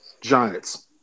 Giants